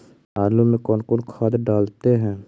आलू में कौन कौन खाद डालते हैं?